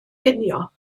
ginio